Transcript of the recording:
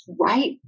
right